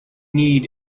need